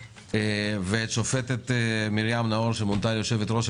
ואת השופטת מרים נאור שמונתה להיות היושבת-ראש.